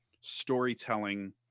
storytelling